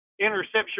interception